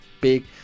big